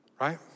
right